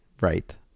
right